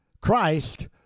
Christ